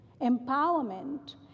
empowerment